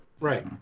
Right